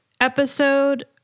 episode